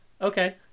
Okay